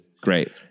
Great